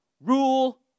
rule